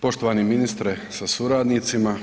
Poštovani ministre sa suradnicima.